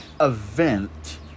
Event